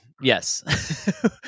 Yes